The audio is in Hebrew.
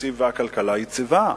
התקציב והכלכלה יציבים,